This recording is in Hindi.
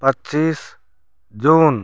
पच्चीस जून